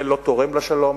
זה לא תורם לשלום,